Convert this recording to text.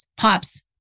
pops